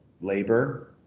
labor